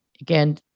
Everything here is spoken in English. again